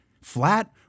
Flat